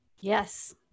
yes